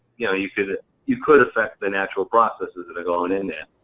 yeah you could you could affect the natural processes that are going in there,